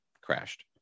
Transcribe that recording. crashed